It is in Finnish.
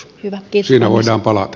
siinä voidaan palata